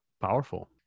powerful